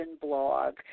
blog